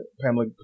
Pamela